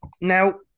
now